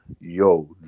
Yo